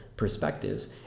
Perspectives